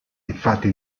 infatti